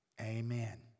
Amen